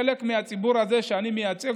חלק מהציבור הזה שאני מייצג,